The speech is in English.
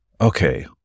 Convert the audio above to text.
Okay